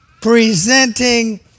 presenting